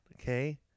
Okay